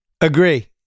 Agree